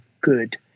good